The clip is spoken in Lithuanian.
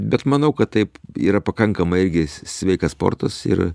bet manau kad taip yra pakankamai irgi esi sveikas sportas ir